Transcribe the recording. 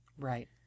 Right